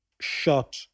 shot